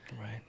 Right